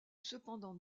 cependant